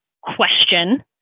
question